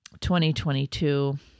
2022